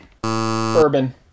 Bourbon